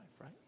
right